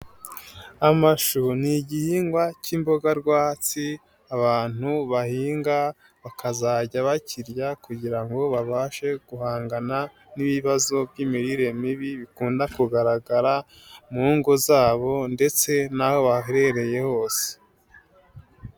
Amashu ni igihingwa cy'imboga rwatsi abantu bahinga bakazajya bakirya kugira ngo babashe guhangana n'ibibazo by'imirire mibi bikunda kugaragara mu ngo zabo ndetse n'aho baherereye hose.